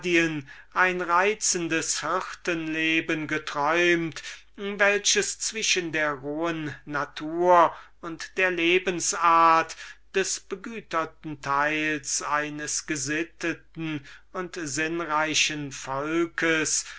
ein angenehmes hirtenleben geträumt welches zwischen der rohen natur und der lebensart des begüterten teils eines gesitteten und sinnreichen volkes